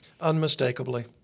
Unmistakably